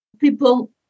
People